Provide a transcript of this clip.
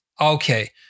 Okay